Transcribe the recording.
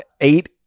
eight